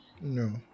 No